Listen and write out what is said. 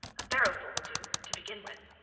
a barrowful will do, to begin with